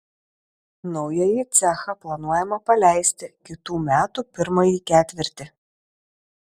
naująjį cechą planuojama paleisti kitų metų pirmąjį ketvirtį